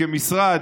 כמשרד,